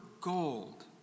gold